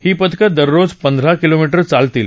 ही पथक दररोज पंधरा किलोमीटर चालतील